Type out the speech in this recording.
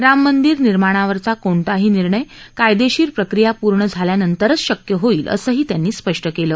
राममंदिर निर्माणावरचा कोणताही निर्णय कायदेशीर प्रक्रिया पूर्ण झाल्यानंतरच शक्य होईल असंही त्यांनी स्पष्ट केलं